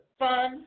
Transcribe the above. fun